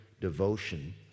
devotion